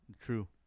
True